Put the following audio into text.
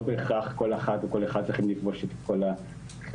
לא בהכרח כל אחת וכל אחד צריכים לפגוש את כל הכירורגים.